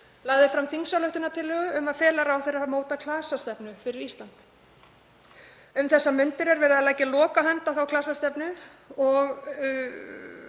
lagði fram þingsályktunartillögu um að fela ráðherra að móta klasastefnu fyrir Ísland. Um þessar mundir er verið að leggja lokahönd á þá klasastefnu og